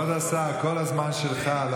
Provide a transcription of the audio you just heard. כבוד השר, כל הזמן שלך.